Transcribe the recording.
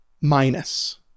minus